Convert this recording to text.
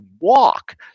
walk